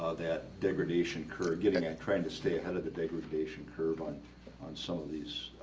ah that degradation curve giving a trying to stay ahead of the degradation curve on on some of these